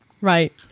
right